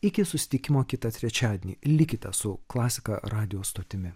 iki susitikimo kitą trečiadienį likite su klasika radijo stotimi